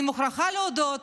אני מוכרחה להודות